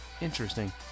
interesting